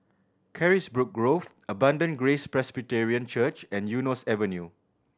Carisbrooke Grove Abundant Grace Presbyterian Church and Eunos Avenue